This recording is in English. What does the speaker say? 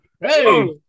hey